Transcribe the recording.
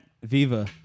Viva